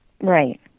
Right